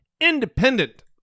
independent